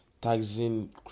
taxing